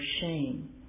shame